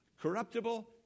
corruptible